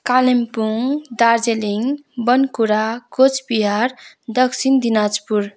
Kalimpong Darjeeling Bankura Cooch Behar Dakshin Dinajpur